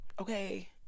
Okay